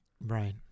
Right